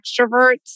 extroverts